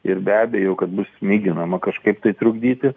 ir be abejo kad bus mėginama kažkaip tai trukdyti